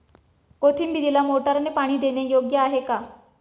कोथिंबीरीला मोटारने पाणी देणे योग्य आहे का?